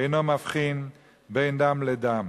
אינו מבחין בין דם לדם.